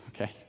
okay